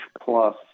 plus